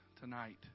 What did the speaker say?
tonight